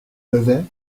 levait